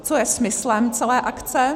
Co je smyslem celé akce?